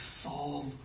solve